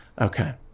okay